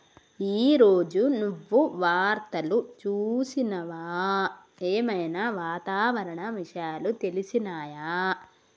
ఈ రోజు నువ్వు వార్తలు చూసినవా? ఏం ఐనా వాతావరణ విషయాలు తెలిసినయా?